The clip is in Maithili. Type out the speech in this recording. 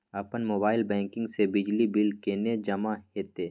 अपन मोबाइल बैंकिंग से बिजली बिल केने जमा हेते?